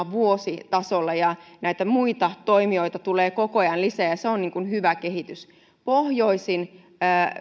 vuositasolla ja näitä muita toimijoita tulee koko ajan lisää ja se on hyvä kehitys pohjoisin